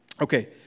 Okay